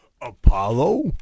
Apollo